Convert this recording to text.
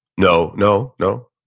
no. no. no,